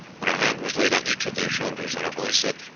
when a hand was laid on each of their shoulders, and a voice said,